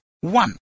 One